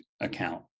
account